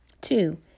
Two